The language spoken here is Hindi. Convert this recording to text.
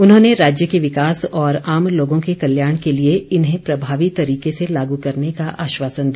उन्होंने राज्य के विकास तथा आम लोगों के कल्याण के लिए इन्हें प्रभावी तरीके से लागू करने का आश्वासन दिया